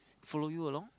follow you along